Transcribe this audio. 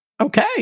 Okay